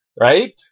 Right